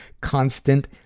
constant